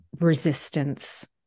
resistance